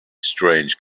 strange